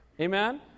Amen